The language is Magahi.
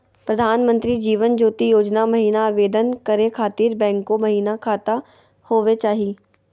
प्रधानमंत्री जीवन ज्योति योजना महिना आवेदन करै खातिर बैंको महिना खाता होवे चाही?